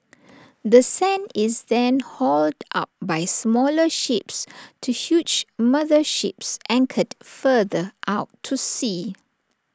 the sand is then hauled up by smaller ships to huge mother ships anchored further out to sea